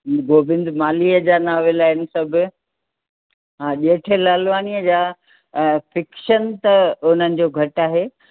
गोबिंद माल्हीअ जा नॉविल आहिनि सभु हा ॼेठो लालवानीअ जा फिक्शन त हुननि जो घटि आहे